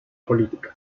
política